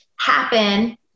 happen